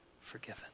forgiven